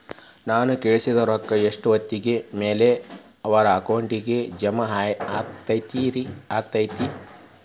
ನಾವು ಕಳಿಸಿದ್ ರೊಕ್ಕ ಎಷ್ಟೋತ್ತಿನ ಮ್ಯಾಲೆ ಅವರ ಅಕೌಂಟಗ್ ಜಮಾ ಆಕ್ಕೈತ್ರಿ?